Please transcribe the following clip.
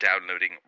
downloading